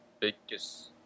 biggest